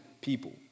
people